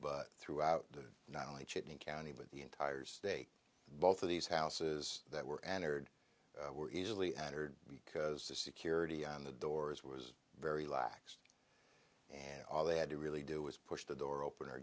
but throughout the not only cheating county but the entire state both of these houses that were entered were easily angered because the security on the doors was very lax and all they had to really do was push the door open or